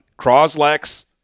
Croslex